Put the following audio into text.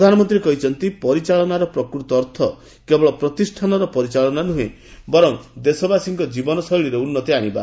ପ୍ରଧାନମନ୍ତ୍ରୀ କହିଛନ୍ତି ପରିଚାଳନାର ପ୍ରକୃତ ଅର୍ଥ କେବଳ ପ୍ରତିଷ୍ଠାନର ପରିଚାଳନା ନୁହେଁ ବରଂ ଦେଶବାସୀଙ୍କ ଜୀବନଶୈଳୀରେ ଉନ୍ନତି ଆଶିବା